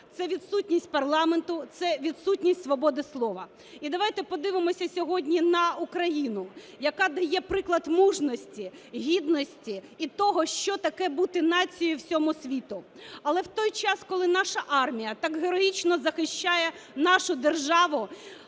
це відсутність парламенту, це відсутність свободи слова. І давайте подивимося сьогодні на Україну, яка дає приклад мужності, гідності і того, що таке бути нацією всьому світу. Але в той час, коли наша армія так героїчно захищає нашу державу,